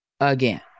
again